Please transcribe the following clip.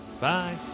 bye